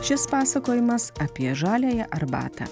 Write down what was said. šis pasakojimas apie žaliąją arbatą